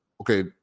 okay